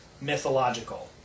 mythological